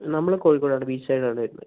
നമ്മൾ കോഴിക്കോട് ആണ് beach side ആണ് വരുന്നത്